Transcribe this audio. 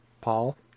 Paul